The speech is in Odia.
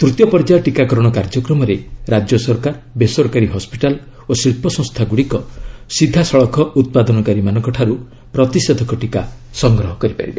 ତୂତୀୟ ପର୍ଯ୍ୟାୟ ଟିକାକରଣ କାର୍ଯ୍ୟକ୍ରମରେ ରାଜ୍ୟ ସରକାର ବେସରକାରୀ ହସ୍ୱିଟାଲ ଓ ଶିଳ୍ପସଂସ୍ଥା ଗୁଡ଼ିକ ସିଧାସଳଖ ଉତ୍ପାଦନକାରୀମାନଙ୍କ ଠାରୁ ପ୍ରତିଷେଧକ ଟିକା ସଂଗ୍ରହ କରିବେ